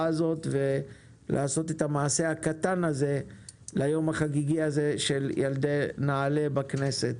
הזאת ולעשות את המעשה הקטן הזה ליום החגיגי של ילדי נעל"ה בכנסת.